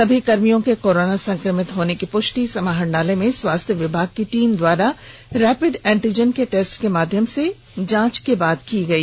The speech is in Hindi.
सभी कर्मियों के कोरोना संक्रमित होने की पुष्टि समाहरणालय में स्वास्थ्य विभाग की टीम द्वारा रैपिड एंटीजन के टेस्ट के माध्यम से लिए गए स्वाब की जांच के बाद हुई